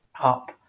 up